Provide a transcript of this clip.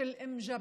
של אום ג'אבר,